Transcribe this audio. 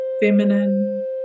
feminine